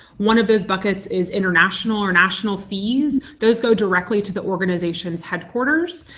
one of those buckets is international or national fees. those go directly to the organization's headquarters.